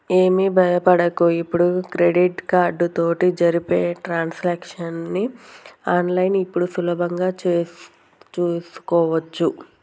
ఏమి భయపడకు ఇప్పుడు క్రెడిట్ కార్డు తోటి జరిపే ట్రాన్సాక్షన్స్ ని ఆన్లైన్లో ఇప్పుడు సులభంగా చేసుకోవచ్చు